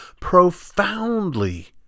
Profoundly